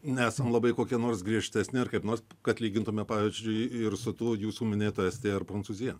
nesam labai kokie nors griežtesni ar kaip nors kad lygintume pavyzdžiui ir su tuo jūsų minėta estija ar prancūzija